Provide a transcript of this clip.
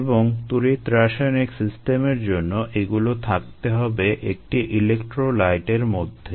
এবং তড়িৎ রাসায়নিক সিস্টেমের জন্য এগুলো থাকতে হবে একটি ইলেক্ট্রোলাইটের মধ্যে